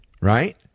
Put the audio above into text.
right